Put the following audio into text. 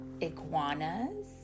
iguanas